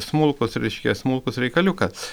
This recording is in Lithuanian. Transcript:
smulkus reiškia smulkus reikaliukas